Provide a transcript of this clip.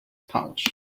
pouch